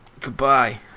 Goodbye